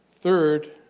Third